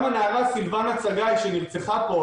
גם הנערה סילבנה צגאי שנרצחה פה,